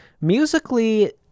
Musically